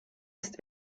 ist